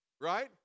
right